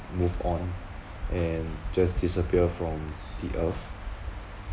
move on and just disappear from the earth